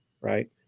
right